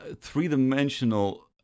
three-dimensional